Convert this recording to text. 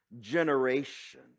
generation